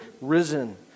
risen